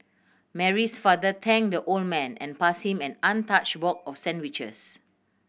Mary's father thanked the old man and passed him an untouched box of sandwiches